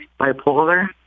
bipolar